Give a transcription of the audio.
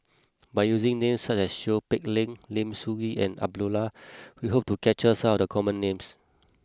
by using names such as Seow Peck Leng Lim Soo Ngee and Abdullah we hope to capture some of the common names